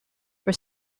for